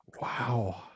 Wow